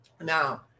now